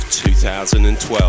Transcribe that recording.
2012